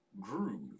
groove